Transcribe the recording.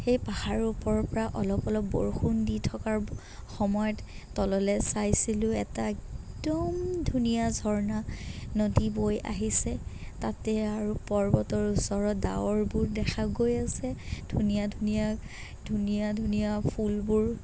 সেই পাহাৰৰ ওপৰৰ পৰা অলপ অলপ বৰষুণ দি থকাৰ সময়ত তললৈ চাইছিলো এটা একদম ধুনীয়া ঝৰ্ণা নদী বৈ আহিছে তাতে আৰু পৰ্বতৰ ওচৰত ডাৱৰবোৰ দেখা গৈ আছে ধুনীয়া ধুনীয়া ধুনীয়া ধুনীয়া ফুলবোৰ